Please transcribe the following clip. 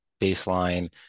baseline